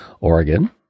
Oregon